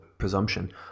Presumption